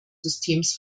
systems